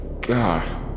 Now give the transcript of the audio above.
God